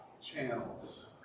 channels